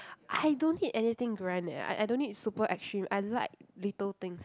I don't need anything grand eh I I don't need super extreme I like little things